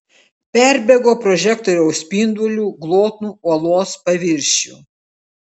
perbėgo prožektoriaus spinduliu glotnų uolos paviršių